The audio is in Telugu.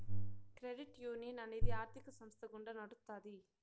క్రెడిట్ యునియన్ అనేది ఆర్థిక సంస్థ గుండా నడుత్తాది